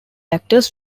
actors